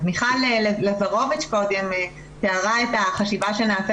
אז מיכל לזרוביץ' קודם תיארה את החשיבה שנעשית